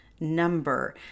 Number